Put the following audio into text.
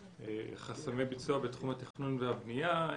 חסמי ביצוע בתחום התכנון והבנייה,